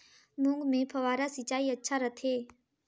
मूंग मे फव्वारा सिंचाई अच्छा रथे?